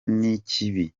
n’ikibi